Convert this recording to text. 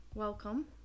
Welcome